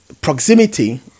proximity